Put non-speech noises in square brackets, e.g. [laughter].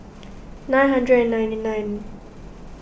[noise] nine hundred and ninety nine